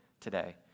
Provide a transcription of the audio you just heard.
today